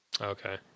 Okay